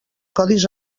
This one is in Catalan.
codis